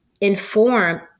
inform